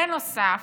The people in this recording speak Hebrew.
בנוסף,